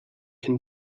can